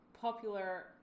popular